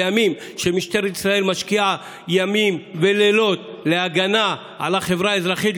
בימים שמשטרת ישראל משקיעה ימים ולילות להגנה על החברה האזרחית,